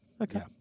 Okay